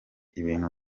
ibintu